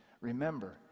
Remember